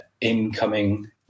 incoming